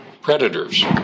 predators